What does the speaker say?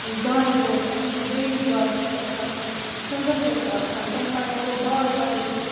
دانہِ اوس اَسہِ جے وی گاسہٕ چھُ اَسہِ آسان سٔندٕر چھِ اَسہِ آسان تَمہِ پَتہٕ ہیٚکو باغ بَنٲوِتھ